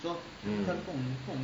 so